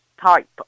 type